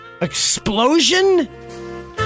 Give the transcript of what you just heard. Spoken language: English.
explosion